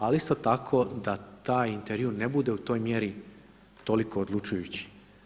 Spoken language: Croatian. Ali isto tako da taj intervju ne bude u toj mjeri toliko odlučujući.